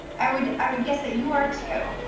i would i would guess that you are, too.